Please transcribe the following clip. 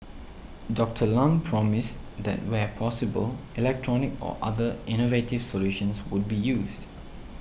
Doctor Lam promised that where possible electronic or other innovative solutions would be used